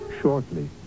shortly